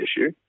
issue